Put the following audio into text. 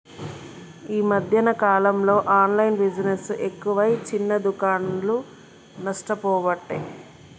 ఈ మధ్యన కాలంలో ఆన్లైన్ బిజినెస్ ఎక్కువై చిన్న దుకాండ్లు నష్టపోబట్టే